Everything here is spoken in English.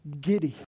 giddy